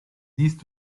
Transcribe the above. siehst